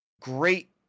Great